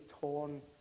torn